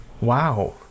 Wow